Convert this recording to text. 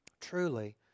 Truly